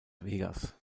vegas